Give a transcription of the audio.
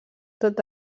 tot